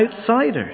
outsiders